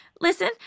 Listen